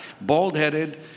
bald-headed